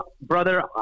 brother